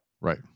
Right